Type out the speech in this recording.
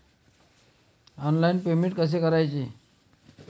Online payment कसे करायचे?